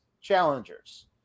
challengers